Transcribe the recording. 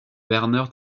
werner